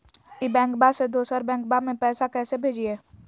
ई बैंकबा से दोसर बैंकबा में पैसा कैसे भेजिए?